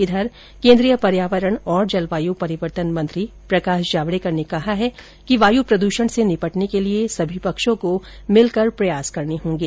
इघर केन्द्रीय पर्यावरण और जलवायु परिवर्तन मंत्री प्रकाश जावड़ेकर ने कहा है कि वायु प्रदूषण से निपटने के लिए सभी पक्षों को मिलकर प्रयास करने होंगे